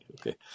okay